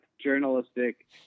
journalistic